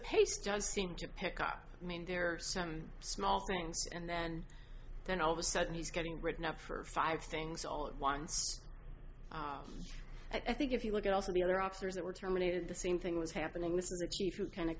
pace just seemed to pick up i mean there are some small things and then then all of a sudden he's getting written up for five things all at once i think if you look at also the other officers that were terminated the same thing was happening this is the chief who kind of